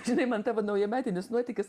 žinai man tavo naujametinis nuotykis